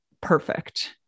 perfect